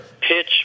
pitch